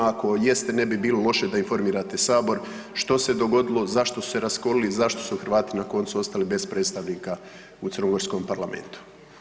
Ako jeste, ne bi bilo loše da informirate Sabor, što se dogodilo, zašto su se raskolili, zašto su Hrvati na koncu ostali bez predstavnika u crnogorskom parlamentu.